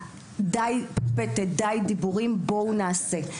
די פטפטת די דיבורים בואו נעשה.